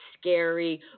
scary